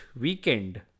weekend